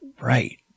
Right